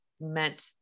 meant